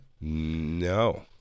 No